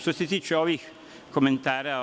Što se tiče ovih komentara